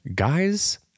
Guys